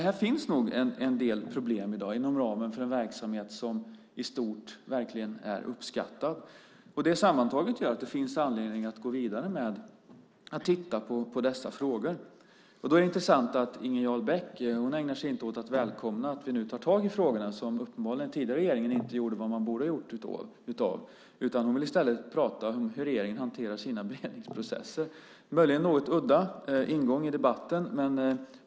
Här finns nog en del problem i dag inom ramen för en verksamhet som i stort verkligen är uppskattad. Det sammantaget gör att det finns anledning att gå vidare med att titta på dessa frågor. Det är intressant att Inger Jarl Beck inte ägnar sig åt att välkomna att vi nu tar tag i frågorna, som den tidigare regeringen uppenbarligen inte gjorde, men som man borde ha gjort, utan hon vill i stället prata om hur regeringen hanterar sina beredningsprocesser. Det är möjligen en något udda ingång i debatten.